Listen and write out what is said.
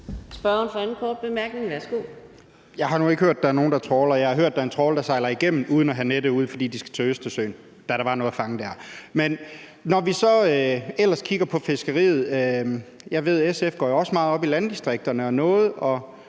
Jeg har nu ikke hørt, at der er nogen, der trawler. Jeg har hørt, at der er trawlere, der har sejlet igennem uden at have nettet ude, fordi de skulle til Østersøen, da der var noget at fange der. Men når vi så ellers kigger på fiskeriet, så ved jeg, at SF også går meget op i landdistrikterne, og igen